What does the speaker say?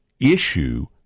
issue